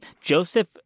Joseph